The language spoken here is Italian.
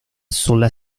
sulla